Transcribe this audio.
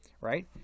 right